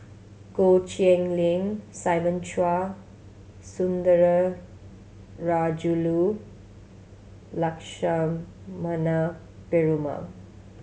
Goh Cheng Liang Simon Chua Sundara Rajulu Lakshmana Perumal